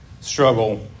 struggle